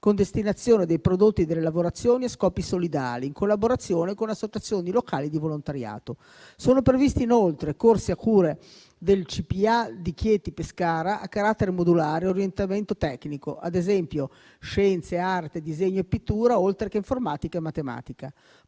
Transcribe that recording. con destinazione dei prodotti delle lavorazioni a scopi solidali, in collaborazione con associazioni locali di volontariato. Sono previsti inoltre corsi a cura del CPIA di Chieti e Pescara a carattere modulare e orientamento tecnico, ad esempio scienze, arte, disegno e pittura, oltre che informatica e matematica,